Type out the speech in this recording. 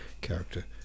character